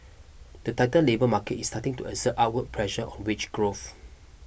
the tighter labour market is starting to exert our pressure on wage growth